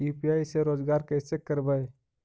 UPI से रोजगार कैसे करबय?